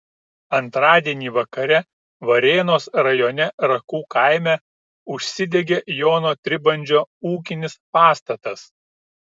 antradienį vakare varėnos rajone rakų kaime užsidegė jono tribandžio ūkinis pastatas